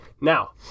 Now